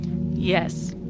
Yes